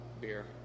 beer